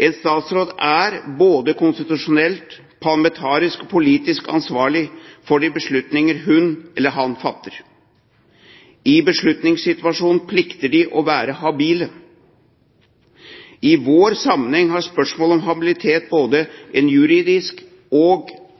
En statsråd er, både konstitusjonelt, parlamentarisk og politisk, ansvarlig for de beslutninger hun eller han fatter. I beslutningssituasjonen plikter de å være habile. I vår sammenheng har spørsmålet om habilitet både en juridisk og